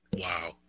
Wow